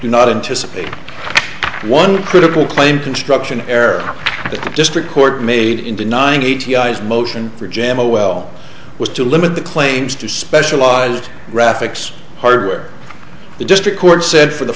not anticipate one critical claim construction error the district court made in denying a t i s motion for jama well was to limit the claims to specialized graphics hardware the district court said for the